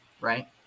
Right